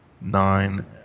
nine